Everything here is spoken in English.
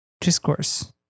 discourse